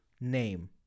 name